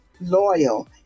loyal